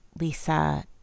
Lisa